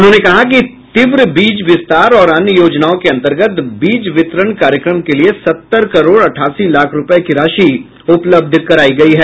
उन्होंने कहा कि तीव्र बीज विस्तार और अन्य योजनाओं के अंतर्गत बीज वितरण कार्यक्रम के लिये सत्तर करोड़ अठासी लाख रूपये की राशि उपलब्ध करायी गयी है